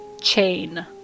chain